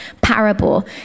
parable